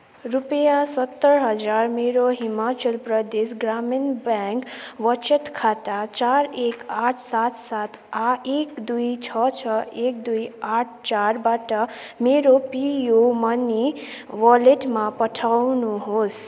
रुपियाँ सत्तर हजार मेरो हिमाचल प्रदेश ग्रामीण ब्याङ्क वचत खाता चार एक आठ सात सात आठ एक दुई छ छ एक दुई आठ चारबाट मेरो पेयू मनी वालेटमा पठाउनुहोस्